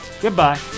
goodbye